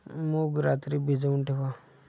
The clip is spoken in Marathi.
मूग रात्री भिजवून ठेवा